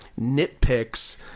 nitpicks